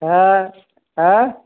हाँ आँ